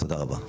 תודה רבה.